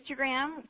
Instagram